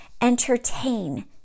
entertain